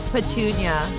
Petunia